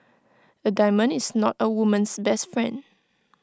A diamond is not A woman's best friend